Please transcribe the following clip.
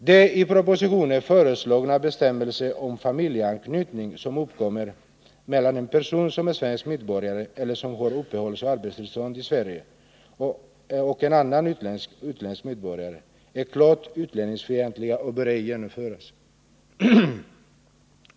De i propositionen föreslagna bestämmelserna om familjeanknytning som uppkommer mellan en person som är svensk medborgare eller som har uppehållsoch arbetstillstånd i Sverige och annan utländsk medborgare är klart utlänningsfientliga och bör ej genomföras.